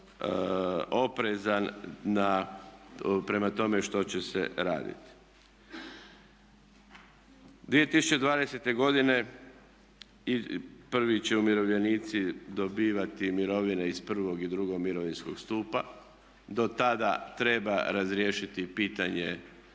oprezan prema tome što će se raditi. 2020. godine prvi će umirovljenici dobivati mirovine iz I. i II. mirovinskog stupa. Do tada treba riješiti pitanje